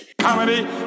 Comedy